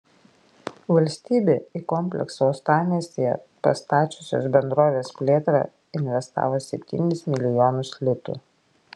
valstybė į kompleksą uostamiestyje pastačiusios bendrovės plėtrą investavo septynis milijonus litų